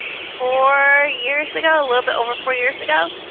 four years ago, a little bit over four years ago.